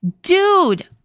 dude